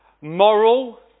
moral